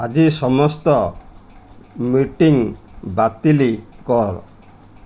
ଆଜି ସମସ୍ତ ମିଟିଂ ବାତିଲ୍ କର